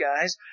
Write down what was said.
guys